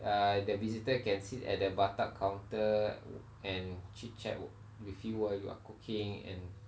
uh the visitor can sit at the bar top counter and chit chat with you while you are cooking and